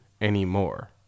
Anymore